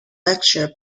lectures